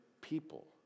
people